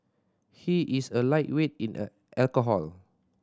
he is a lightweight in a alcohol